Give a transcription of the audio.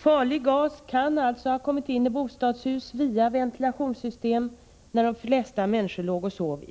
Farlig gas kan alltså ha kommit in i bostadshusen i det berörda området via ventilationssystemen när de flesta låg och sov.